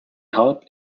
help